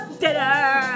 dinner